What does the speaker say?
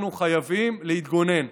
אנחנו חייבים להתגונן.